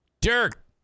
Dirk